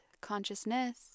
consciousness